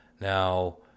now